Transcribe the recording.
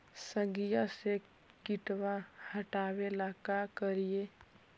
सगिया से किटवा हाटाबेला का कारिये?